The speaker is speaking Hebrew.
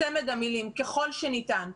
היא צמד המילים "ככל שניתן".